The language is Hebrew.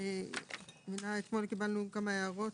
אתמול קיבלנו כמה הערות,